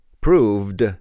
proved